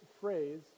phrase